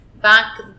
back